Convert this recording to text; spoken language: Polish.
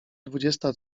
dwudziesta